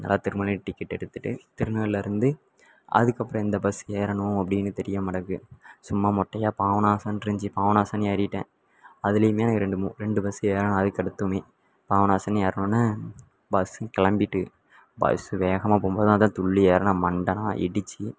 அதனால் திருநெல்வேலி டிக்கெட் எடுத்துகிட்டு திருநெல்வேலியில் இருந்து அதுக்கப்புறம் எந்த பஸ் ஏறணும் அப்படின்னு தெரியமாட்டேக்கு சும்மா மொட்டையாக பாபநாசம்னு இருந்துச்சி பாபநாசம்னு ஏறிவிட்டேன் அதுலேயுமே ரெண்டு மூ ரெண்டு பஸ் ஏறணும் அதுக்கடுத்துமே பாபநாசம்னு ஏறினோன்ன பஸ்ஸு கிளம்பிட்டு பஸ் வேகமாக போகும்போது நான்தான் துள்ளி ஏறினேன் மண்டைல்லாம் இடித்து